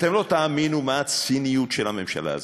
אתם לא תאמינו מה הציניות של הממשלה הזאת.